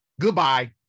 goodbye